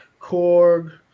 Korg